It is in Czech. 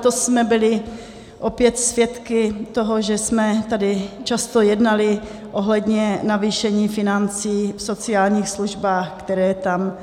Letos jsme byli opět svědky toho, že jsme tady často jednali ohledně navýšení financí v sociálních službách, které tam